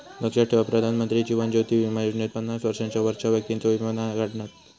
लक्षात ठेवा प्रधानमंत्री जीवन ज्योति बीमा योजनेत पन्नास वर्षांच्या वरच्या व्यक्तिंचो वीमो नाय काढणत